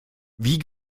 wie